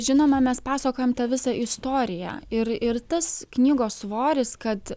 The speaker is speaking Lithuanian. žinoma mes pasakojam tą visą istoriją ir ir tas knygos svoris kad